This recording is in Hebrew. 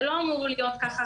זה לא אמור להיות כך,